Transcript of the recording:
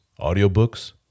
audiobooks